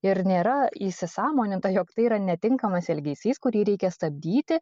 ir nėra įsisąmoninta jog tai yra netinkamas elgesys kurį reikia stabdyti